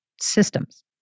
systems